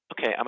okay